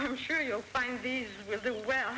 i'm sure you'll find the will do well